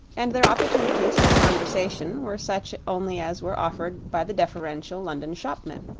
and their opportunities for conversation were such only as were offered by the deferential london shopmen.